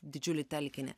didžiulį telkinį